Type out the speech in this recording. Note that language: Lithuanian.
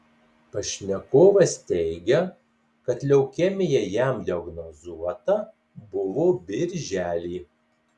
pašnekovas teigia kad leukemija jam diagnozuota buvo birželį